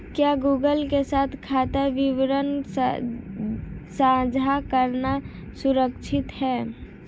क्या गूगल के साथ खाता विवरण साझा करना सुरक्षित है?